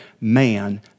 man